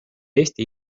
eesti